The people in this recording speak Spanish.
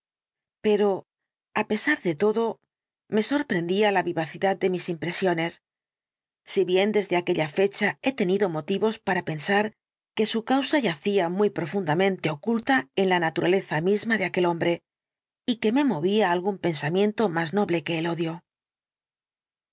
pero á pesar de todo me sorprendía la vivacidad de mis impresiones si bien desde aquella fecha he tenido motivos para pensar que su causa yacía muy profundamente oculta en la naturaleza misma de aquel hombre y que me movía algún pensamiento más noble que el odio